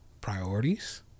priorities